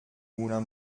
moulin